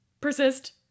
Persist